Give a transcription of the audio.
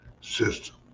system